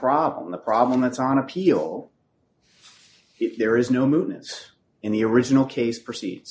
problem the problem that's on appeal if there is no movement in the original case p